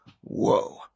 whoa